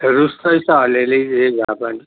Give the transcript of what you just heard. रुच्दै छ अलिअलि भए पनि